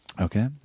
Okay